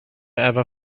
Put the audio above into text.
ever